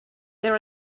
there